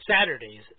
Saturdays